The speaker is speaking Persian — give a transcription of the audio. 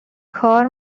کار